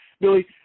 Billy